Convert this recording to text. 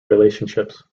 relationships